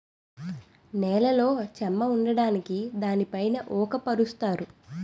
నేలలో చెమ్మ ఉండడానికి దానిపైన ఊక పరుత్తారు